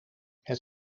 het